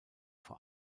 vor